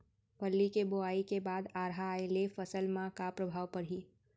फल्ली के बोआई के बाद बाढ़ आये ले फसल मा का प्रभाव पड़ही?